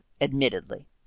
admittedly